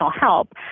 help